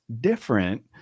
different